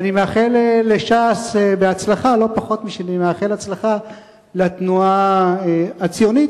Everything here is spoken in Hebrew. ואני מאחל לש"ס בהצלחה לא פחות משאני מאחל הצלחה לתנועה הציונית,